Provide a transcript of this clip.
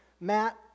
Matt